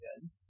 good